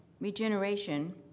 regeneration